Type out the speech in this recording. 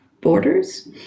borders